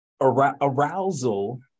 arousal